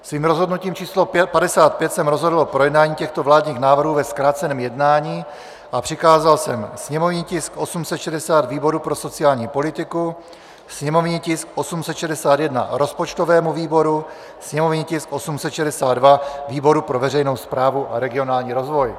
Svým rozhodnutím číslo 55 jsem rozhodl o projednání těchto vládních návrhů ve zkráceném jednání a přikázal jsem sněmovní tisk 860 výboru pro sociální politiku, sněmovní tisk 861 rozpočtovému výboru, sněmovní tisk 862 výboru pro veřejnou správu a regionální rozvoj.